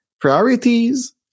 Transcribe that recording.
priorities